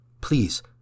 Please